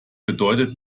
bedeutet